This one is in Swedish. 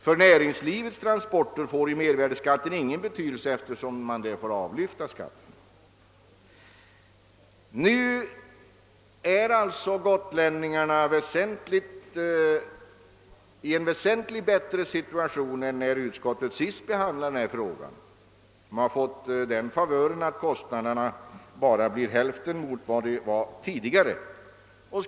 För näringslivets transporter får mervärdeskatten ingen betydelse, eftersom man där får avlyfta skatten. Gottlänningarna är nu alltså i en vä sentligt bättre situation än när utskottet senast behandlade denna fråga. De har fått den favören att kostnaderna sänkts till endast hälften av vad de tidigare var.